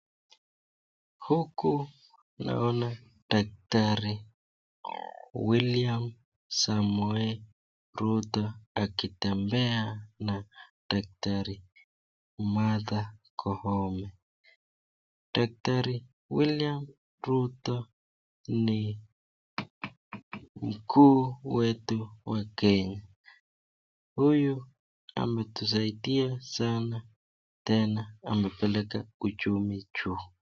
Huku naona Daktari William Samoei Ruto akitembea na Daktari Martha Koome, Daktari William Samoei Ruto ni mkuu wetu wa Kenya , huyu ametusaidia sana tena amepeleka uchumi juu.